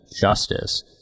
justice